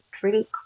drink